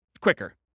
quicker